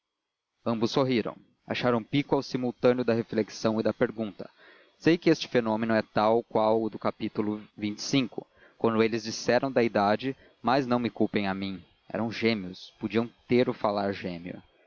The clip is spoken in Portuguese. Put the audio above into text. ambos sorriram acharam pico ao simultâneo da reflexão e da pergunta sei que este fenômeno é tal qual o do capítulo xxv quando eles disseram da idade mas não me culpem a mim eram gêmeos podiam ter o falar gêmeo